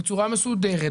בצורה מסודרת,